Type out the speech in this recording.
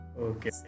Okay